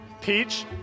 Peach